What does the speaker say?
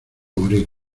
morir